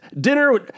Dinner